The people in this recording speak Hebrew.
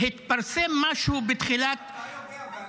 התפרסם משהו בתחילת המלחמה -- איך אתה יודע ואני לא.